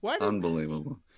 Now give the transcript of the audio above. Unbelievable